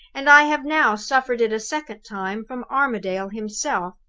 and i have now suffered it a second time from armadale himself.